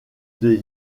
des